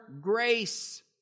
grace